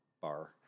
bar